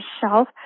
shelf